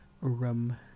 rum